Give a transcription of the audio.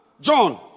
John